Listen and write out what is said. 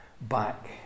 back